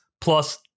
plus